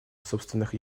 собственных